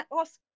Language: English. ask